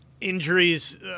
injuries